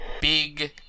big